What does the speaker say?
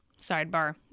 Sidebar